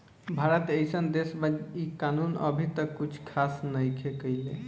भारत एइसन देश बा इ कानून अभी तक कुछ खास नईखे कईले